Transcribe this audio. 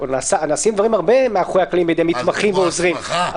נעשים הרבה דברים על-ידי מתמחים ועוזרים.